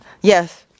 Yes